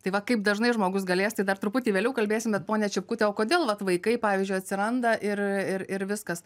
tai va kaip dažnai žmogus galės tai dar truputį vėliau kalbėsim ponia čipkute o kodėl vat vaikai pavyzdžiui atsiranda ir ir ir viskas